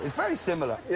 very similar.